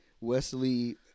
Wesley